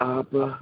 Abba